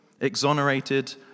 Exonerated